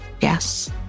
Yes